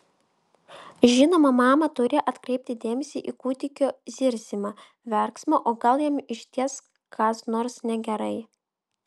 žinoma mama turi atkreipti dėmesį į kūdikio zirzimą verksmą o gal jam išties kas nors negerai